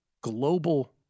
global